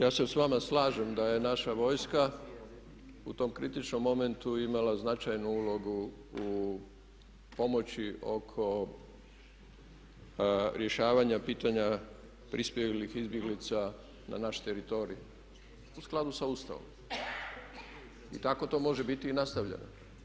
Ja se sa vama slažem da je naša vojska u tom kritičnom momentu imala značajnu ulogu u pomoći oko rješavanja pitanja prispjelih izbjeglica na naš teritorij u skladu sa Ustavom i tako to može biti i nastavljeno.